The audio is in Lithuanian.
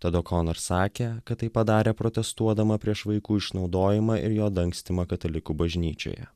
tad okonor sakė kad tai padarė protestuodama prieš vaikų išnaudojimą ir jo dangstymą katalikų bažnyčioje